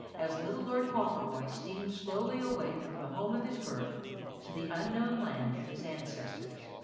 as little lord fauntleroy steamed slowly away from the home of his birth to the unknown land of his ancestors.